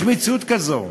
יש מציאות כזו.